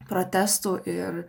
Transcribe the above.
protestų ir